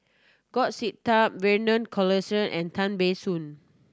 Goh Sin Tub Vernon Cornelius and Tan Ban Soon